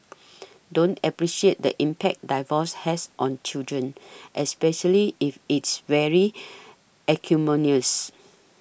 don't appreciate the impact divorce has on children especially if it's very acrimonious